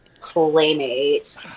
playmate